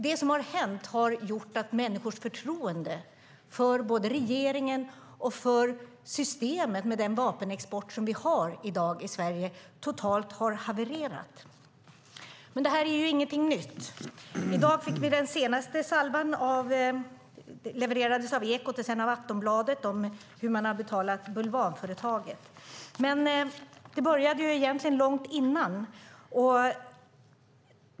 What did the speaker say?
Det som har hänt har gjort att människors förtroende för regeringen och för det system med vapenexport som vi har i Sverige i dag totalt har havererat. Men det här är ingenting nytt. I dag fick vi den senaste salvan som levererades av Ekot och sedan av Aftonbladet. Det handlar om hur man har betalat bulvanföretaget. Men det började egentligen långt tidigare.